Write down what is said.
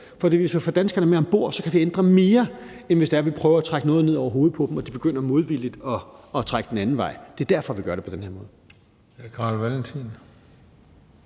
For hvis vi får danskerne med om bord, kan vi ændre mere, end hvis det er, at vi prøver at trække noget ned over hovedet på dem, og de modvilligt begynder at trække den anden vej. Det er derfor, vi gør det på den her måde.